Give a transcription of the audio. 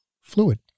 fluid